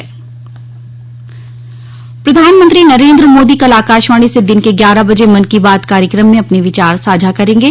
मन की बात प्रधानमंत्री नरेन्द्र मोदी कल आकाशवाणी से दिन के ग्यारह बजे मन की बात कार्यक्रम में अपने विचार साझा करेंगे